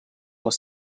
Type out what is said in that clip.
les